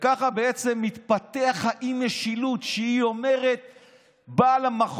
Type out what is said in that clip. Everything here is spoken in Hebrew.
יש לכם בוסים אמיתיים, תפנו אליהם.